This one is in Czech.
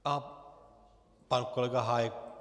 A pan kolega Hájek.